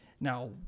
Now